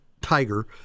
tiger